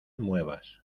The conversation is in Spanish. muevas